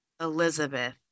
Elizabeth